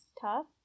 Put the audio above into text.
tough